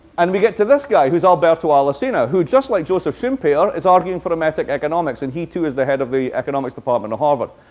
and we get to this guy, who's alberto alesina, who, just like joseph schumpeter, is arguing for emetic economics. and he, too, is the head of the economics department of harvard.